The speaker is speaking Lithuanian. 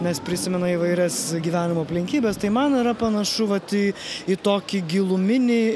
nes prisimena įvairias gyvenimo aplinkybes tai man yra panašu vat į į tokį giluminį